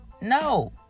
No